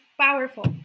powerful